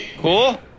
Cool